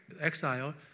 exile